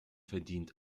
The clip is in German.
verdient